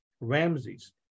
Ramses